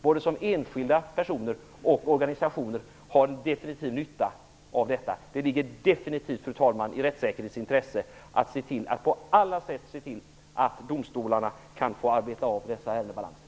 Både enskilda personer och organisationer har definitivt nytta av detta. Det ligger avgjort i rättssäkerhetens intresse att man på alla sätt försöker se till att domstolarna får arbeta av dessa ärendebalanser.